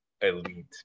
elite